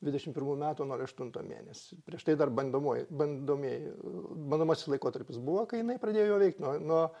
dvidešim pirmų metų nol aštunto mėnesį prieš tai dar bandomuoju bandomieji bandomasis laikotarpis buvo kai jinai pradėjo jau veikt nuo